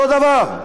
אותו דבר.